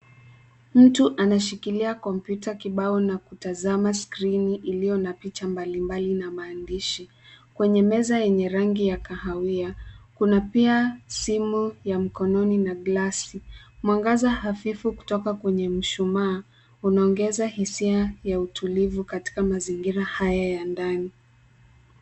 Mtu anashikilia kompyuta kibao na kutazama skrini iliyo na picha mbalimbali na maandishi kwenye meza yenye rangi ya kahawia. Kuna pia simu ya mkononi na glasi. Mwangaza hafifu kutoka kwenye mshumaa unaongeza hisia ya utulivu katika mazingira haya ya ndani.